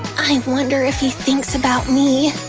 i wonder if he thinks about me.